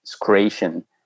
creation